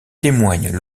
témoignent